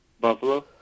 Buffalo